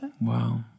wow